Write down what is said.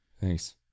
Thanks